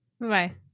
Bye